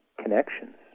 connections